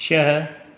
छह